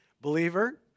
Believer